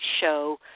show